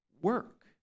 work